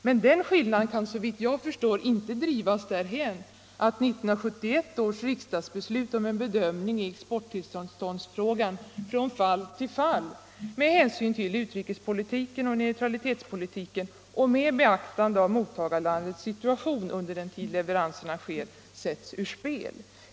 Men den skillnaden kan såvitt jag förstår inte drivas därhän att 1971 års riksdagsbeslut om en bedömning i exporttillståndsfrågan från fall till fall med hänsyn till utrikespolitiken och neutralitetspolitiken och med beaktande av mottagarlandets situation under den tid leveranserna sker sätts ur spel.